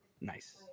Nice